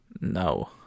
No